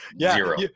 zero